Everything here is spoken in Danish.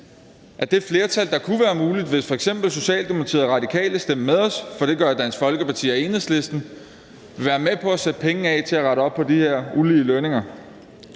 at det flertal, der kunne være muligt, hvis f.eks. Socialdemokratiet og Radikale stemte med os – for det gør Dansk Folkeparti og Enhedslisten – vil være med på at sætte penge af til at rette op på de her ulige lønninger.